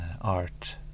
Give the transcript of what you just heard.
Art